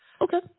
Okay